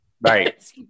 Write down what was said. Right